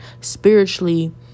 Spiritually